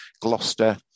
Gloucester